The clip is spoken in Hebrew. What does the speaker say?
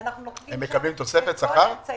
היא למעלה מ-22,000